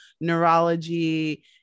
neurology